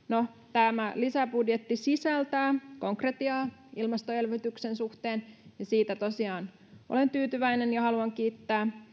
tämä lisäbudjetti sisältää konkretiaa ilmastoelvytyksen suhteen ja siitä tosiaan olen tyytyväinen ja haluan kiittää